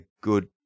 good